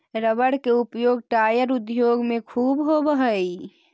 rubber के उपयोग tyre उद्योग में ख़ूब होवऽ हई